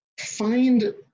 find